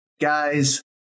guys